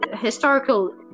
historical